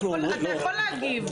אתה יכול להגיב.